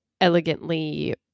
elegantly